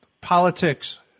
politics